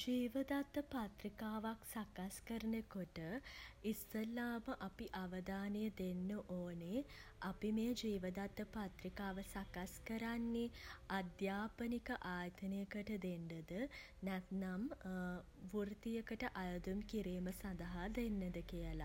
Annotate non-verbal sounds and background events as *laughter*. ජීව දත්ත පත්‍රිකාවක් සකස් කරනකොට *hesitation* ඉස්සෙල්ලාම අපි අවධානය දෙන්න ඕනේ *hesitation* අපි මේ ජීව දත්ත පත්‍රිකාව සකස් කරන්නේ *hesitation* අධ්‍යාපනික ආයතනයකට දෙන්න ද *hesitation* නැත්නම් *hesitation* වෘත්තියකට අයදුම් කිරීම සඳහා දෙන්නද කියල.